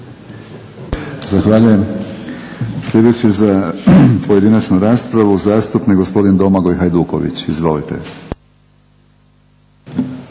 Zahvaljujem. Sljedeći za pojedinačnu raspravu zastupnik gospodin Domagoj Hajduković. Izvolite.